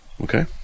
okay